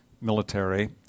military